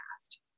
past